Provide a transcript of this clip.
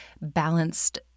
balanced